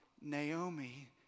Naomi